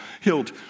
hilt